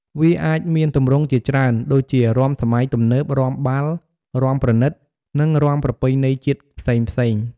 វាអាចមានទម្រង់ជាច្រើន ដូចជា រាំសម័យទំនើប រាំបាល់ រាំប្រណិត និងរាំប្រពៃណីជាតិផ្សេងៗ។